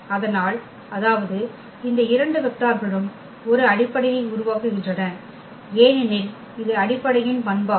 அதனால் அதாவது இந்த இரண்டு வெக்டார்களும் ஒரு அடிப்படையை உருவாக்குகின்றன ஏனெனில் இது அடிப்படையின் பண்பாகும்